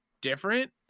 different